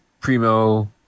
Primo